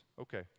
Okay